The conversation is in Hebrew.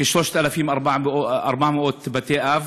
כ-3,400 בתי-אב,